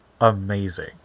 amazing